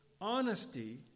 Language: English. Honesty